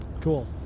Cool